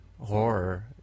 horror